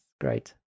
great